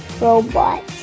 robot